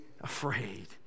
afraid